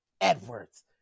Edwards